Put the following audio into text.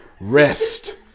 Rest